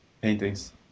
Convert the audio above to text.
paintings